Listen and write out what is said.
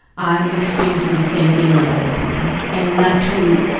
i'm experiencing the same thing with other people and not to,